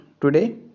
today